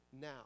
now